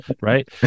right